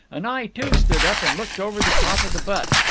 and i, too, stood up and looked over the top of the butt.